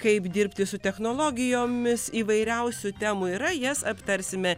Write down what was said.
kaip dirbti su technologijomis įvairiausių temų yra jas aptarsime